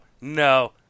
no